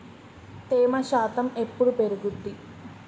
తేమ శాతం ఎప్పుడు పెరుగుద్ది?